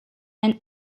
and